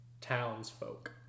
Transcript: townsfolk